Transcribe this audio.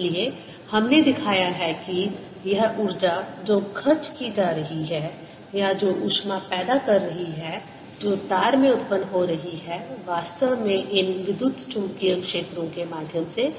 इसलिए हमने दिखाया है कि यह ऊर्जा जो खर्च की जा रही है या जो ऊष्मा पैदा कर रही है जो तार में उत्पन्न हो रही है वास्तव में इन विद्युत चुम्बकीय क्षेत्रों के माध्यम से